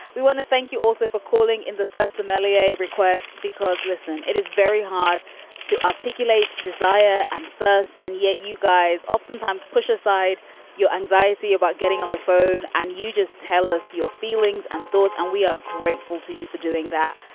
we want to thank you also for calling in the third somalia request because, listen, it is very hard to articulate desire and thirst. and yet you guys oftentimes push aside your anxiety about getting on the phone and you just tell us your feelings and thoughts. and we are grateful to you for doing that.